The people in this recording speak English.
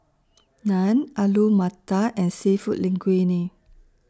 Naan Alu Matar and Seafood Linguine